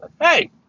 Hey